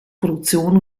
produktion